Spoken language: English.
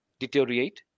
deteriorate